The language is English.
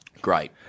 Great